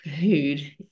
food